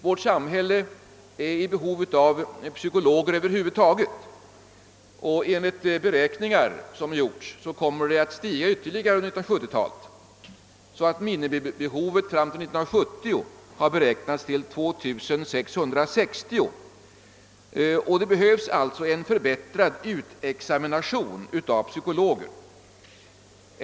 Vårt samhälle är i behov av psykologer över huvud taget, och enligt de beräkningar som gjorts kommer behovet att stiga ytterligare under 1970-talet. Minimibehovet år 1970 har beräknats till 2 660, och det behövs alltså en förbättrad utexamination av psykologer.